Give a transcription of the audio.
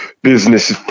business